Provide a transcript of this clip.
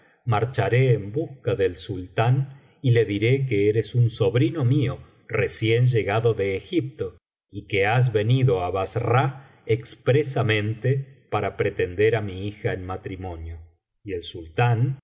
marcharé en busca del sultán y le diré que eres un sobrino mío recién llegado de egipto y que has venido á bassra expresamente para pretender á mi hija en matrimonio y el sultán